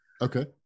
Okay